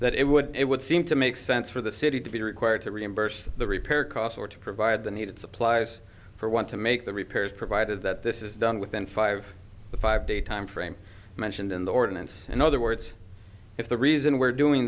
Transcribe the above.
that it would it would seem to make sense for the city to be required to reimburse the repair costs or to provide the needed supplies for want to make the repairs provided that this is done within five the five day timeframe mentioned in the ordinance in other words if the reason we're doing